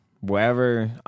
wherever